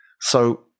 So-